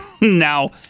Now